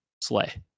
Slay